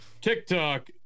TikTok